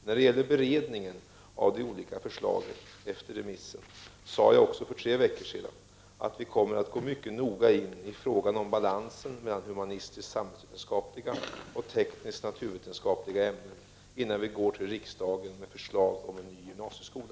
När det gäller beredningen av de olika förslagen efter remissen sade jag också för tre veckor sedan att vi kommer att gå mycket noga in i frågan om balansen mellan humanistiskt-samhällsvetenskapliga och tekniskt-naturvetenskapliga ämnen innan vi går till riksdagen med förslag om en ny gymnasieskola.